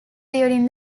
during